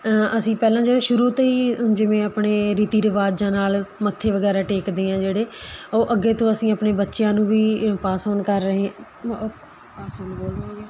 ਅਸੀਂ ਪਹਿਲਾਂ ਜਿਹੜੇ ਸ਼ੁਰੂ ਤੋਂ ਹੀ ਜਿਵੇਂ ਆਪਣੇ ਰੀਤੀ ਰਿਵਾਜਾਂ ਨਾਲ਼ ਮੱਥੇ ਵਗੈਰਾ ਟੇਕਦੇ ਹੈ ਜਿਹੜੇ ਉਹ ਅੱਗੇ ਤੋਂ ਅਸੀਂ ਆਪਣੇ ਬੱਚਿਆਂ ਨੂੰ ਵੀ ਪਾਸ ਔਨ ਕਰ ਰਹੇ ਬਸ ਹੁਣ ਬੋਲ ਹੋ ਗਿਆ